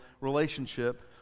relationship